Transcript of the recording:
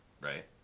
right